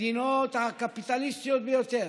המדינות הקפיטליסטיות ביותר,